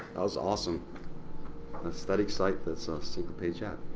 was awesome. a static site that's ah a single page app.